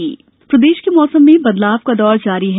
मौसम प्रदेश में मौसम के बदलाव का दौर जारी है